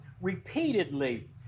repeatedly